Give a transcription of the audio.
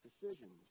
decisions